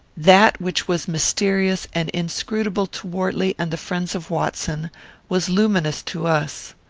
that which was mysterious and inscrutable to wortley and the friends of watson was luminous to us.